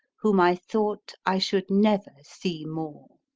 whom i thought i should never see more.